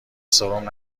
سرم